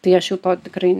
tai aš jau to tikrai